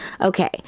Okay